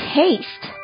taste